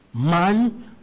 Man